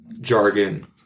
jargon